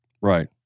right